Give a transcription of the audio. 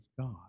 God